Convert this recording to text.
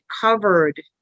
covered